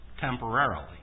temporarily